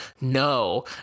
no